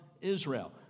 Israel